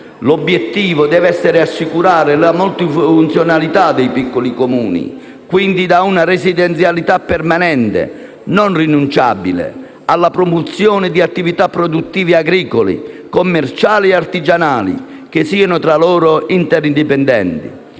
L'obiettivo deve essere assicurare la multifunzionalità nei piccoli Comuni, quindi da una residenzialità permanente non rinunciabile, alla promozione di attività produttive, agricole, commerciali e artigianali che siano tra loro interdipendenti.